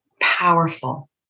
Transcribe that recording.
powerful